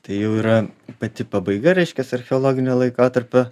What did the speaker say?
tai jau yra pati pabaiga reiškias archeologinio laikotarpio